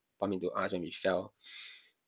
bump into us when we fell